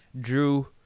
Drew